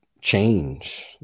change